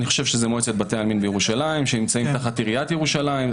אני חושב שזו מועצת בתי העלמין בירושלים שנמצאת תחת עיריית ירושלים.